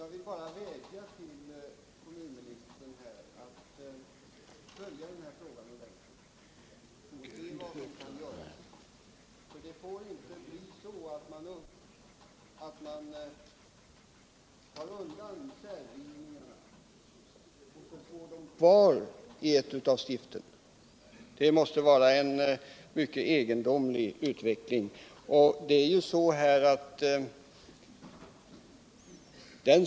Jag vill vädja till kommunministern att han följer den här frågan ordentligt och ser vad som kan göras. Det får inte bli så att man upphäver särvigningarna och ändå får dem kvar i ett av stiften.